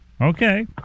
Okay